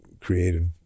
creative